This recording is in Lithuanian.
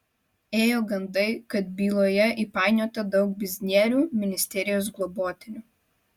ėjo gandai kad byloje įpainiota daug biznierių ministerijos globotinių